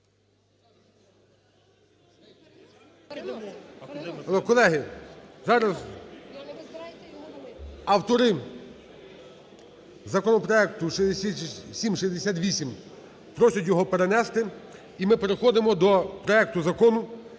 Колеги, зараз автори законопроекту 6768 просять його перенести. І ми переходимо до проект Закону